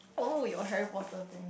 oh your Harry-Potter thing